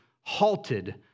halted